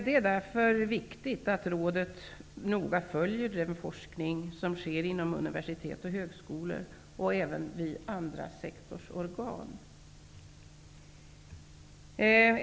Det är därför viktigt att rådet noggrant följer den forskning som sker inom universitet och högskolor och vid andra sektorsorgan.